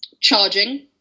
charging